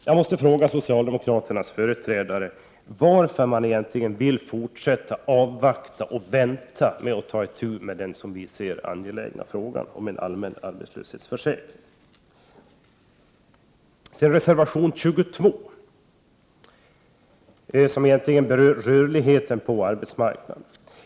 Jag måste fråga socialdemokraternas företrädare: Varför vill ni egentligen fortsätta att vänta med att ta itu med denna, som vi anser, angelägna fråga om allmän arbetslöshetsförsäkring? Sedan till reservation 22 som berör rörligheten på arbetsmarknaden.